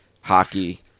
hockey